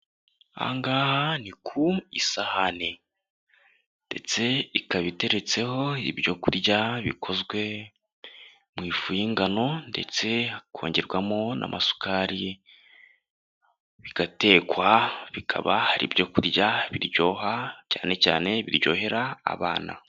Aha ngaha ni ku isahani ndetse ikaba iteretseho ibyo kurya bikozwe mu ifu y'ingano ndetse hakongerwamo n'amasukari, bigatekwa bikaba ari ibyo kurya biryoha cyane cyane biryohera abana.